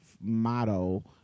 motto